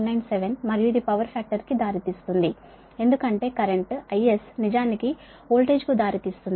997 మరియు ఇది power factor కి దారితీస్తుంది ఎందుకంటే కరెంటు IS నిజానికి వోల్టేజ్ కు దారితీస్తుంది